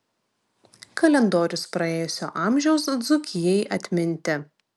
kalendorius praėjusio amžiaus dzūkijai atminti